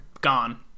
gone